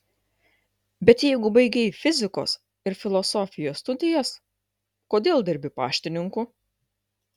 bet jeigu baigei fizikos ir filosofijos studijas kodėl dirbi paštininku